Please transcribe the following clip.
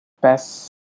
best